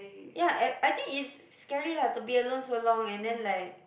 ya and I think it's scary leh to be alone so long and then like